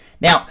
Now